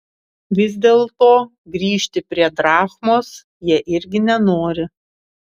vis dėlto grįžti prie drachmos jie irgi nenori